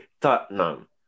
Tottenham